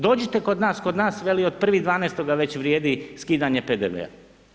Dođite kod nas, kod nas veli od 1.12. već vrijedi skidanje PDV-a.